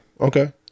Okay